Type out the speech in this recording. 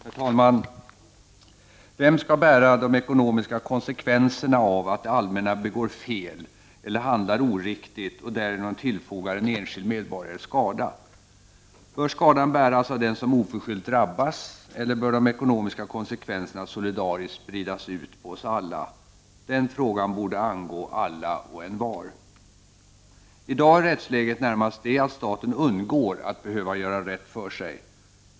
Herr talman! Vem skall bära de ekonomiska konsekvenserna av att det allmänna begår fel eller handlar oriktigt och därigenom tillfogar en enskild medborgare skada? Bör skadan bäras av den som oförskyllt drabbas eller bör de ekonomiska konsekvenserna solidariskt spridas ut på oss alla? De frågorna borde angå alla och envar. I dag är rättsläget närmast det, att staten undgår att behöva göra rätt för sig.